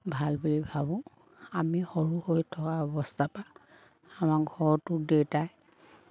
ভাল বুলি ভাবোঁ আমি সৰু হৈ থকা অৱস্থা পা আমাৰ ঘৰতো দউেতাই